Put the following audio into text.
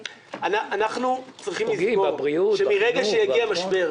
ב- -- מרגע שהגיע משבר,